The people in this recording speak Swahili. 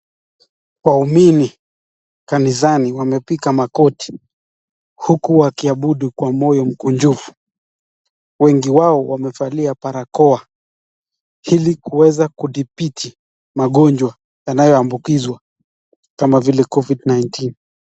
Waumini kanisani wamepiga magoti uku wakiabudu kwa moyo mkunjufu wengi wao wamevalia barakoa ili kuweza kudhibiti magonjwa yanayoambukizwa kama vile covid 19 .